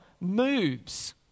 moves